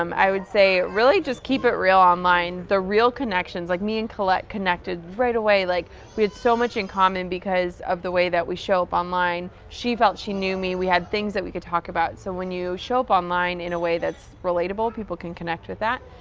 um i would say, really just keep it real online. the real connections like, me and colette connected right away. like we had so much in common, because of the way that we show up online. she felt she knew me. we had things that we could talk about. so, when you show up online in a way that's relatable, people can connect with that.